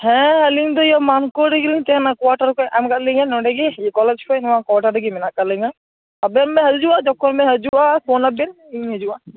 ᱦᱮᱸᱻ ᱟᱞᱤᱧ ᱫᱚ ᱤᱭᱟᱹ ᱢᱟᱱᱠᱚᱲ ᱨᱮᱜᱮ ᱞᱮᱧ ᱛᱟᱦᱮᱸᱱᱟ ᱠᱚᱣᱟᱴᱟᱨ ᱠᱚ ᱮᱢᱟᱠᱟᱫ ᱞᱤᱧᱟᱹ ᱱᱚᱰᱮᱜᱮ ᱠᱚᱞᱮᱡᱽ ᱠᱷᱚᱱ ᱱᱚᱰᱮᱜᱮ ᱢᱮᱱᱟᱜ ᱟᱠᱟᱫ ᱞᱤᱧᱟᱹ ᱟᱵᱮᱱ ᱵᱮᱱ ᱦᱤᱡᱩᱜᱼᱟ ᱡᱚᱠᱷᱚᱱ ᱵᱮᱱ ᱦᱤᱡᱩᱜᱼᱟ ᱯᱳᱱ ᱟᱵᱮᱱ ᱤᱧ ᱦᱤᱡᱩᱜᱼᱟ